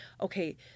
okay